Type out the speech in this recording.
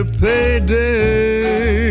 payday